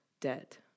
debt